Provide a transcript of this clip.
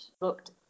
looked